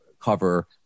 cover